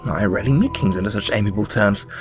i rarely meet kings under such amicable terms.